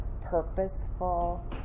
purposeful